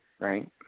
Right